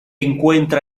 encuentra